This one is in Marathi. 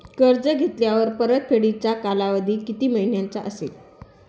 कर्ज घेतल्यावर परतफेडीचा कालावधी किती महिन्यांचा असेल?